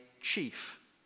chief